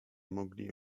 mogli